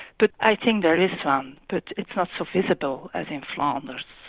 but i think there is some, but it's not so visible as in flanders.